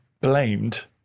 blamed